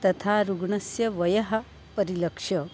तथा रुग्णस्य वयः परिलक्ष्य